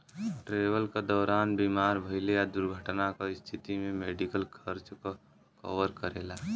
travel क दौरान बीमार भइले या दुर्घटना क स्थिति में मेडिकल खर्च क कवर करेला